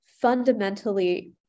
fundamentally